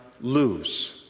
lose